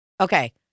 Okay